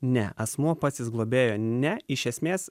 ne asmuo pats jis globėjo ne iš esmės